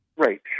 Right